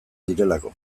direlako